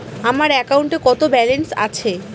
আমার অ্যাকাউন্টে কত ব্যালেন্স আছে?